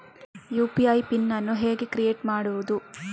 UPI PIN ಅನ್ನು ಹೇಗೆ create ಮಾಡುದು?